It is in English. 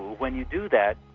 when you do that,